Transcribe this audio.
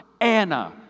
Anna